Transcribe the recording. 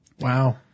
Wow